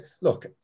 Look